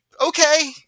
Okay